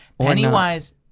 pennywise